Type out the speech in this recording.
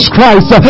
Christ